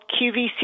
QVC